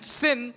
sin